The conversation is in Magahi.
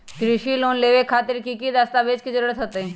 कृषि लोन लेबे खातिर की की दस्तावेज के जरूरत होतई?